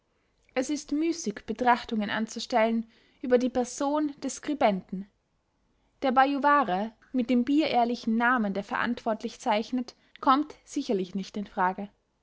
es ist müßig betrachtungen anzustellen über die person des skribenten der bajuvare mit dem bierehrlichen namen der verantwortlich zeichnet kommt sicherlich nicht in frage